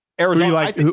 Arizona